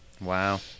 Wow